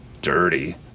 dirty